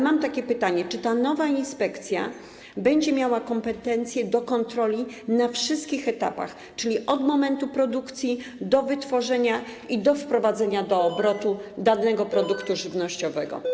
Mam natomiast pytanie: Czy ta nowa inspekcja będzie miała kompetencje do kontroli na wszystkich etapach, czyli od momentu produkcji do etapu wytworzenia i wprowadzenia do obrotu danego produktu żywnościowego?